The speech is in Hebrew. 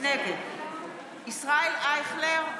נגד ישראל אייכלר,